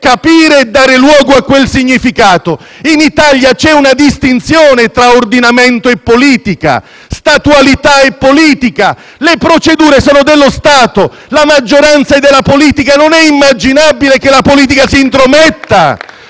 capire e dare luogo a quel significato. In Italia c'è una distinzione tra ordinamento e politica, statualità e politica: le procedure sono dello Stato, la maggioranza è della politica: non è immaginabile che la politica si intrometta.